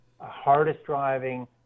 hardest-driving